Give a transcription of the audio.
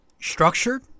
structured